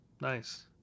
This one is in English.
Nice